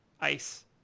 ice